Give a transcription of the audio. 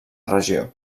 regió